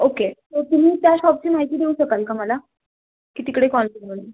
okay so तुम्ही त्या शॉपची माहिती देऊ शकाल का मला की तिकडे कॉल करायला